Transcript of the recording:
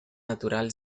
natural